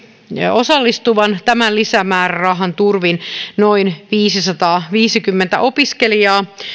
osallistuvan tämän lisämäärärahan turvin noin viisisataaviisikymmentä opiskelijaa